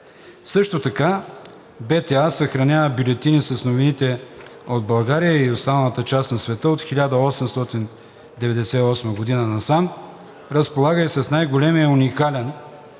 Също така БТА съхранява бюлетини с новините от България и останалата част на света от 1898 г. насам, разполага и с най-големия уникален